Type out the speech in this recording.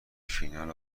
فینال